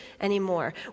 anymore